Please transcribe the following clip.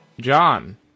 John